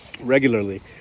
regularly